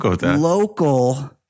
local